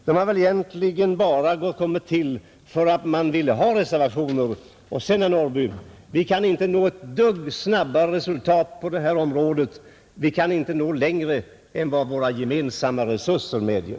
De har väl egentligen kommit till bara för att man ville ha reservationer. Vi kan, herr Norrby, inte nå snabbare resultat på det här området och inte nå längre än vad våra gemensamma resurser medger.